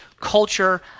culture